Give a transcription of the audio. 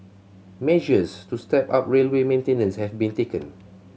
measures to step up railway maintenance have been taken